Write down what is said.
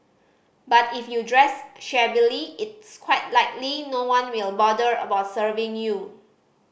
but if you dress shabbily it's quite likely no one will bother about serving you